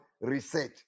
Reset